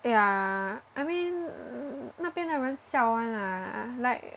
yeah I mean 那边的人 siao [one] lah like